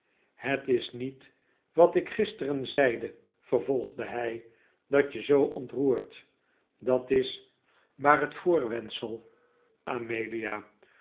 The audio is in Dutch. het is niet wat ik gisteren zeide vervolgde hij dat je zoo ontroert dat is maar het voorwendsel amelia